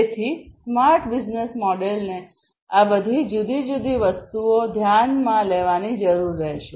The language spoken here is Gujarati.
તેથી સ્માર્ટ બિઝનેસ મોડેલને આ બધી જુદી જુદી વસ્તુઓ ધ્યાનમાં લેવાની જરૂર રહેશે